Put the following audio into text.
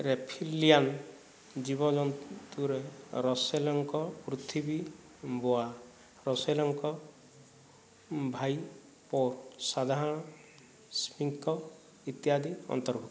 reptilian ଜୀବଜନ୍ତୁରେ ରସେଲଙ୍କ ପୃଥିବୀ ବୋଆ ରସେଲଙ୍କ ଭାଇପର୍ ସାଧାରଣ ସ୍କିଙ୍କ ଇତ୍ୟାଦି ଅନ୍ତର୍ଭୁକ୍ତ